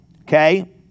Okay